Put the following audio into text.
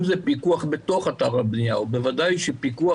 אם זה פיקוח בתוך אתר הבנייה ובוודא שפיקוח